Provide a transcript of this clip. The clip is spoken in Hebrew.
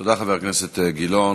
תודה, חבר הכנסת גילאון.